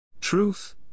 Truth